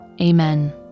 Amen